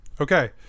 okay